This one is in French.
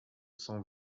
cent